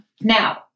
Now